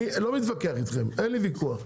אני לא מתווכח איתכם אין לי ויכוח.